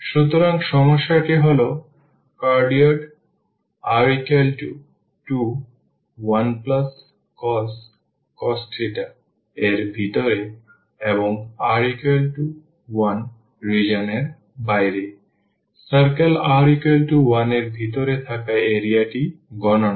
সুতরাং সমস্যাটি হল cardioid r21cos θ এর ভিতরে এবং r1 রিজিওন এর বাইরে circle r1 এর ভিতরে থাকা এরিয়াটি গণনা করা